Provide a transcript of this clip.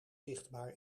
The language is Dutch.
zichtbaar